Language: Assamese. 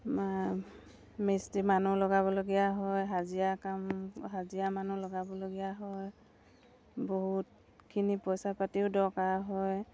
মিস্ত্ৰী মানুহ লগাবলগীয়া হয় হাজিৰা কাম হাজিৰা মানুহ লগাবলগীয়া হয় বহুতখিনি পইচা পাতিও দৰকাৰ হয়